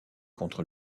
contre